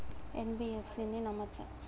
NBFC ని నమ్మచ్చా?